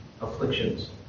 afflictions